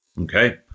okay